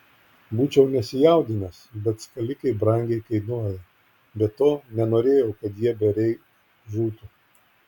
būčiau nesijaudinęs bet skalikai brangiai kainuoja be to nenorėjau kad jie bereik žūtų